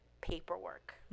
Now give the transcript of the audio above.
paperwork